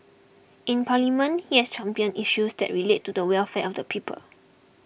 in parliament he has championed issues that relate to the welfare of the people